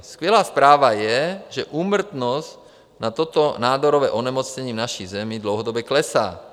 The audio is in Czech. Skvělá zpráva je, že úmrtnost na toto nádorové onemocnění v naší zemi dlouhodobě klesá.